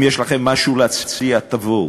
אם יש לכם משהו להציע, תבואו.